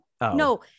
no